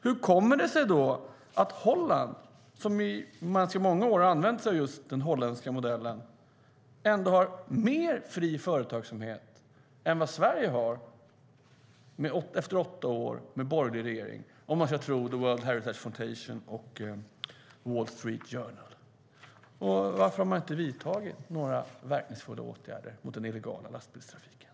Hur kommer det sig då att Holland, som i ganska många år har använt sig av just den holländska modellen, ändå har mer fri företagsamhet än Sverige har efter åtta år med borgerlig regering, om man ska tro The Heritage Foundation och Wall Street Journal? Och varför har man inte vidtagit några verkningsfulla åtgärder mot den illegala lastbilstrafiken?